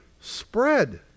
spread